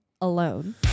alone